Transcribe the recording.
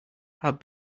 have